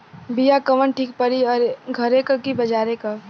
बिया कवन ठीक परी घरे क की बजारे क?